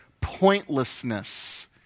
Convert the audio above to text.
pointlessness